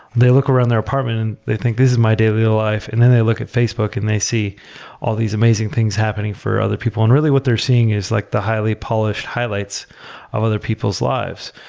they look around their apartment and they think, this is my daily life, and then they look at facebook and they see all these amazing things happening for other people and really, what they're seeing is like the highly polished highlights of other people's lives.